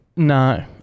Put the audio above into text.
No